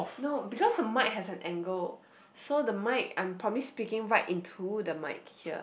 no because the mic has an angle so the mic I'm promise speaking right into the mic here